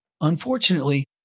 Unfortunately